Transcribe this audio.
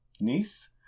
niece